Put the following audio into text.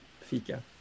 Fika